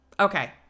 Okay